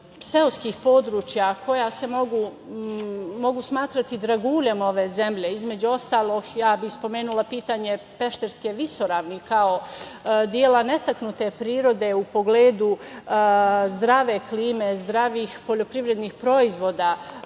seoskih područja koja se mogu smatrati draguljem ove zemlje, između ostalog, spomenula bih i pitanje Pešterske visoravni kao dela netaknute prirode, u pogledu zdrave klime, zdravih poljoprivrednih proizvoda,